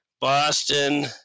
Boston